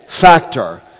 factor